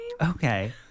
Okay